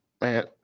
Man